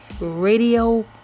Radio